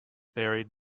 buried